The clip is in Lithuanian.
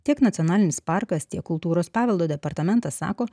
tiek nacionalinis parkas tiek kultūros paveldo departamentas sako